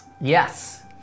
Yes